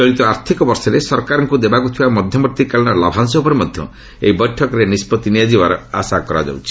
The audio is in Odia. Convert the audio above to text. ଚଳିତ ଆର୍ଥିକ ବର୍ଷରେ ସରକାରଙ୍କୁ ଦେବାକୁ ଥିବା ମଧ୍ୟବର୍ତ୍ତୀକାଳୀନ ଲାଭାଂଶ ଉପରେ ମଧ୍ୟ ଏହି ବୈଠକରେ ନିଷ୍କଭି ନିଆଯିବାର ଆଶା କରାଯାଉଛି